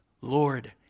Lord